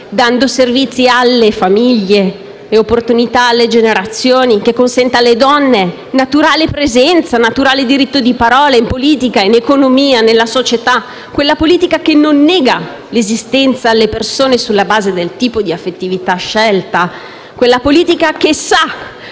dando servizi alle famiglie e opportunità alle generazioni. Quella politica che consente alle donne naturale presenza e naturale diritto di parola: in politica, in economia e nella società. Quella politica che non nega l'esistenza delle persone sulla base del tipo di affettività scelta. Quella politica che sa